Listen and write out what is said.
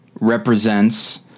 represents